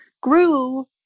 grew